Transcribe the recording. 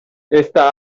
esta